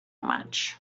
much